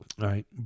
Right